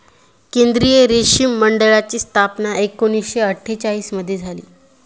केंद्रीय रेशीम मंडळाची स्थापना एकूणशे अट्ठेचालिश मध्ये झाली